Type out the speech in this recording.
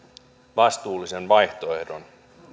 vastuullisen vaihtoehdon